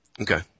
Okay